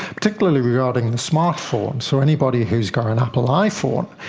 particularly regarding the smart phone. so anybody who's got an apple iphone,